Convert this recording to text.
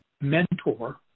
mentor